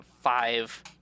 five